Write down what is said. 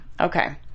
okay